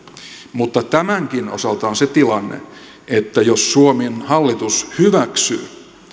mutta tämänkin osalta on se tilanne että jos suomen hallitus hyväksyy